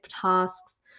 tasks